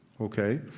Okay